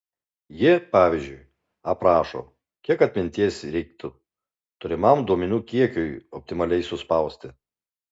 ji pavyzdžiui aprašo kiek atminties reiktų turimam duomenų kiekiui optimaliai suspausti